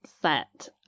Set